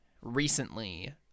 recently